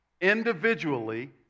individually